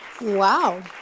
Wow